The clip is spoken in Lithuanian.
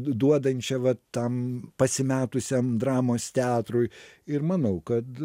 duodančią vat tam pasimetusiam dramos teatrui ir manau kad